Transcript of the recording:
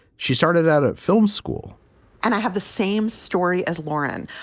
she started out at film school and i have the same story as lauren.